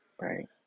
right